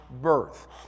birth